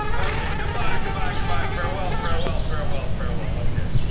okay, goodbye, goodbye, goodbye, farewell, farewell, farewell, farewell, okay.